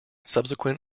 subsequent